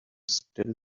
still